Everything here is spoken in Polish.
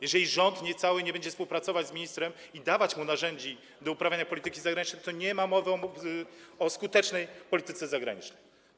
Jeżeli cały rząd nie będzie współpracować z ministrem i nie da mu narzędzi do uprawiania polityki zagranicznej, to nie ma mowy o skutecznej polityce zagranicznej.